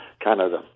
Canada